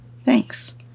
thanks